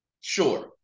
sure